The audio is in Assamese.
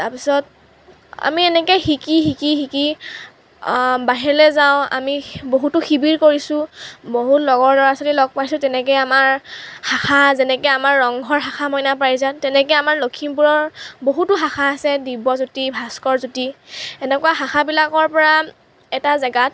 তাৰপিছত আমি এনেকৈ শিকি শিকি শিকি বাহিৰলৈ যাওঁ আমি বহুতো শিবিৰ কৰিছোঁ বহুত লগৰ ল'ৰা ছোৱালী লগ পাইছোঁ তেনেকৈ আমাৰ শাখা যেনেকৈ আমাৰ ৰংঘৰ শাখা মইনা পাৰিজাত তেনেকৈ আমাৰ লখিমপুৰৰ বহুতো শাখা আছে দিব্যজ্যোতি ভাস্কৰজ্যোতি এনেকুৱা শাখাবিলাকৰ পৰা এটা জেগাত